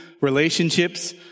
relationships